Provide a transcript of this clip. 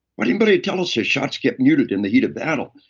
but anybody tell us that shots get muted in the heat of battle?